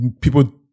people